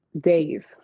Dave